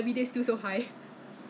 或者是那个 err